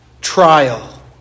trial